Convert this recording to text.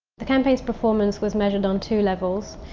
the campaign's performance was measured on two levels.